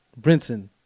Brinson